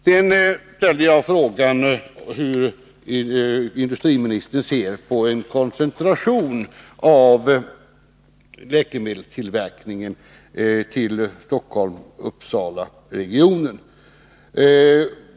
Sedan ställde jag frågan hur industriministern ser på en koncentration av läkemedelstillverkningen till Stockholm-Uppsalaregionen.